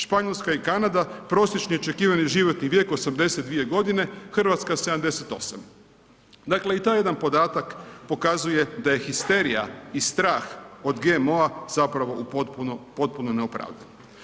Španjolska i Kanada prosječni očekivani životni vijek 82 godine, Hrvatska 78, dakle i taj jedan podatak pokazuje da je histerija i strah od GMO-a zapravo potpuno neopravdan.